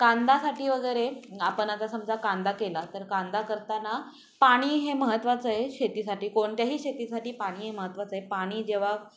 कांद्यासाठी वगैरे आपण आता समजा कांदा केला तर कांदा करताना पाणी हे महत्वाचं आहे शेतीसाठी कोणत्याही शेतीसाठी पाणी हे महत्वाचं आहे पाणी जेव्हा